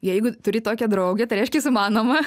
jeigu turi tokią draugę tai reiškias įmanoma